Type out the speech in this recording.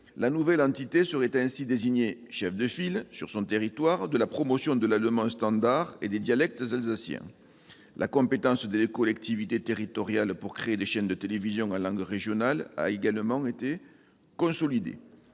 La nouvelle entité serait ainsi désignée chef de file, sur son territoire, de la promotion de l'allemand standard et des dialectes alsaciens. Dans le même sens, la compétence des collectivités territoriales pour créer des chaînes de télévision en langue régionale a été consolidée.